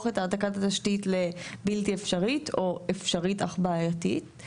את העתקת התשתית לבלתי אפשרית או לאפשרית אך בעייתית.